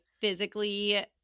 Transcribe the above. physically –